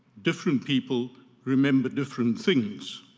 different people remember different things.